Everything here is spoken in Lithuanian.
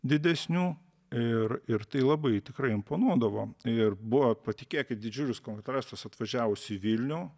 didesnių ir ir tai labai tikrai imponuodavo ir buvo patikėkit didžiulis kontrastas atvažiavus į vilnių